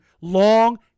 long